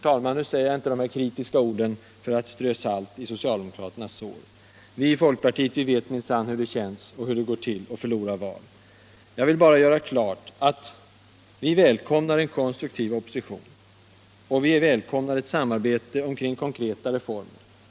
Jag säger inte dessa kritiska ord, herr talman, för att strö salt i socialdemokraternas sår. Vi i folkpartiet vet minsann hur det känns att förlora val. Jag vill bara göra klart att vi välkomnar en konstruktiv opposition och ett samarbete kring konkreta reformer.